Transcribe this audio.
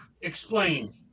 explain